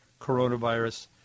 coronavirus